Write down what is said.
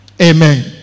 Amen